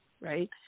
right